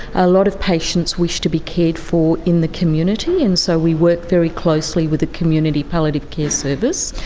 a lot of patients wish to be cared for in the community, and so we work very closely with the community palliative care service.